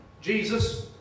Jesus